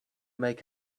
make